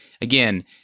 Again